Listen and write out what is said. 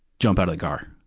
jump out of the car.